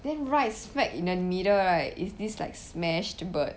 then right smack in the middle right is this like smashed bird